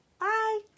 Bye